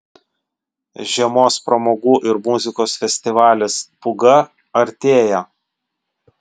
žiemos pramogų ir muzikos festivalis pūga artėja